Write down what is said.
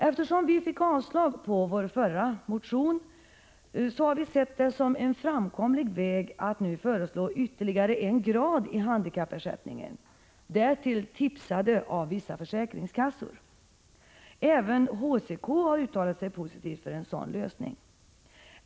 Eftersom vi fick bakslag på vår förra motion har vi sett det som en framkomlig väg att nu föreslå ytterligare en grad i handikappersättningen — därtill ”tipsade” av vissa försäkringskassor. Även HCK har uttalat sig positivt för en sådan lösning.